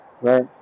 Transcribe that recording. right